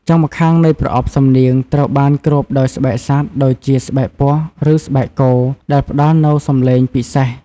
ចុងម្ខាងនៃប្រអប់សំនៀងត្រូវបានគ្របដោយស្បែកសត្វ ដូចជាស្បែកពស់ ឬស្បែកគោ ដែលផ្តល់នូវសំឡេងពិសេស។